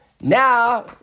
Now